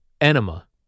enema